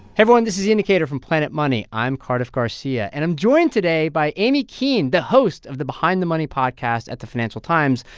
everyone. this is the indicator from planet money. i'm cardiff garcia. and i'm joined today by aimee keane, the host of the behind the money podcast at the financial times,